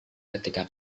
ketika